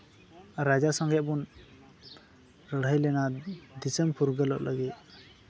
ᱨᱟᱡᱟ ᱥᱚᱸᱜᱮ ᱵᱚᱱ ᱞᱟᱹᱲᱦᱟᱹᱭ ᱞᱮᱱᱟ ᱫᱤᱥᱚᱢ ᱯᱷᱩᱨᱜᱟᱹᱞᱚᱜ ᱞᱟᱹᱜᱤᱫ